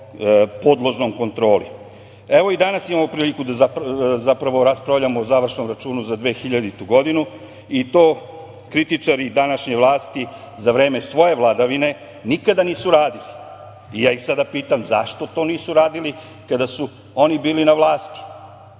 i danas imamo priliku da zapravo raspravljamo o završnom računu za 2000. godinu i to kritičari današnje vlasti za vreme svoje vladavine nikada nisu radili. Ja ih sada pitam – zašto to nisu radili kada su oni bili na vlasti?